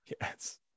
Yes